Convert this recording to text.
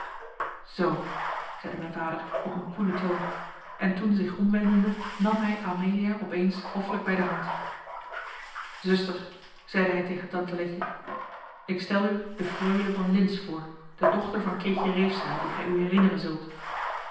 zoo zeide mijn vader op een koelen toon en toen zich omwendende nam hij amelia opeen hoffelijke wijze bij de hand zuster zeide hij tegen tante letje ik stel u de freule van lintz voor de dochter van keetje reefzeil die gij u herinneren zult